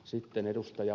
sitten ed